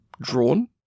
drawn